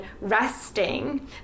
resting